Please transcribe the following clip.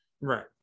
Right